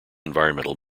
environmental